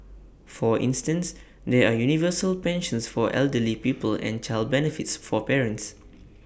for instance there are universal pensions for elderly people and child benefits for parents